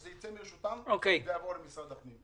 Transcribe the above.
שזה ייצא מרשותם ויעבור למשרד הפנים.